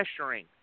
pressuring